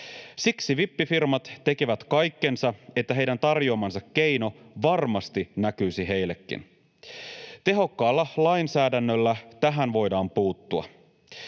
Siksi vippifirmat tekevät kaikkensa, että heidän tarjoamansa keino varmasti näkyisi heillekin. Tehokkaalla lainsäädännöllä tähän voidaan puuttua.